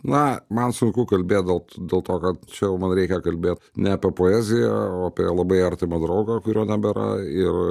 na man sunku kalbėt dėlt dėl to kad čia jau man reikia kalbėt ne poeziją o apie labai artimą draugą kurio nebėra ir